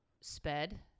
sped